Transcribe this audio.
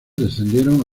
descendieron